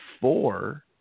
four